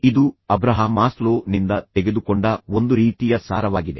ಆದರೆ ಇದು ನೀವು ಅಬ್ರಹಾಮ ಮಾಸ್ಲೋ ನಿಂದ ತೆಗೆದುಕೊಂಡ ಒಂದು ರೀತಿಯ ಸಾರವಾಗಿದೆ